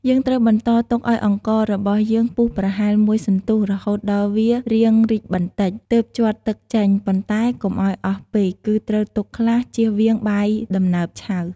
យើងត្រូវបន្តទុកឱ្យអង្កររបស់យើងពុះប្រហែលមួយសន្ទុះរហូតដល់វារាងរីកបន្តិច ទើបជាត់ទឹកចេញ ប៉ុន្តែកុំឱ្យអស់ពេក គឺត្រូវទុកខ្លះ ជៀសវាងបាយដំណើបឆៅ។